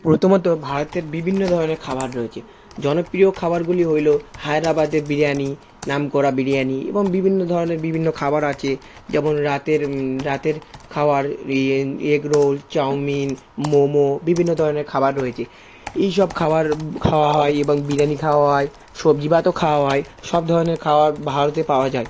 প্রথমত ভারতের বিভিন্ন ধরনের খাবার রয়েছে জনপ্রিয় খাবারগুলি হলো হায়দ্রাবাদের বিরিয়ানি নামকরা বিরিয়ানি এবং বিভিন্ন ধরনের বিভিন্ন খাবার আছে যেমন রাতের রাতের খাওয়ার ইয়ে এগ রোল চাউমিন মোমো বিভিন্ন ধরনের খাবার রয়েছে এইসব খাওয়ার খাওয়া হয় এবং বিরিয়ানি খাওয়াও হয় সবজি ভাতও খাওয়া হয় সব ধরনের খাবার ভারতে পাওয়া যায়